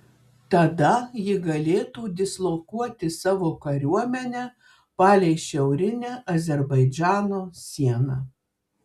tada ji galėtų dislokuoti savo kariuomenę palei šiaurinę azerbaidžano sieną